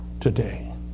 today